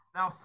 Now